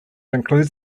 includes